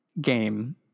game